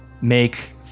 make